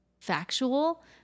factual